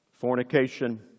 Fornication